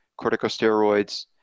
corticosteroids